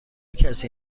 کسی